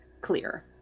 clear